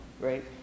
right